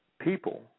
People